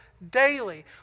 Daily